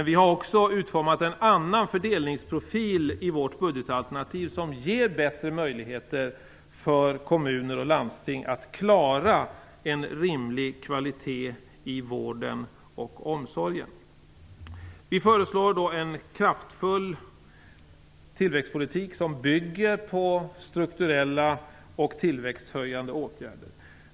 Vi har också utformat en annan fördelningsprofil i vårt budgetalternativ som ger bättre möjligheter för kommuner och landsting att klara av att ha en rimlig kvalitet i vården och omsorgen. Vi föreslår en kraftfull tillväxtpolitik som bygger på strukturella och tillväxthöjande åtgärder.